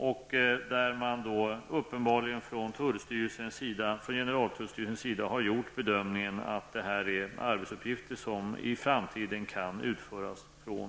Där har man uppenbarligen från generaltullstyrelsen gjort bedömningen att är arbetsuppgifter som i framtiden kan utföras från